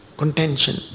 contention